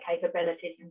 capabilities